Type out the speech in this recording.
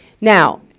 Now